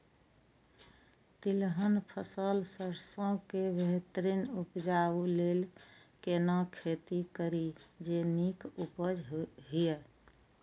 तिलहन फसल सरसों के बेहतरीन उपजाऊ लेल केना खेती करी जे नीक उपज हिय?